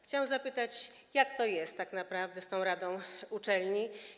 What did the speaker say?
Chciałam zapytać, jak to jest tak naprawdę z tą radą uczelni.